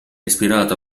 ispirato